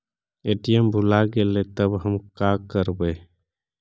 ATM भुला गेलय तब हम काकरवय?